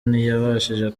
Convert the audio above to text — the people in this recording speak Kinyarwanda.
ntiyabashije